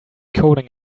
coding